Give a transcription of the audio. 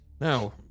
Now